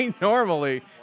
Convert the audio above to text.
normally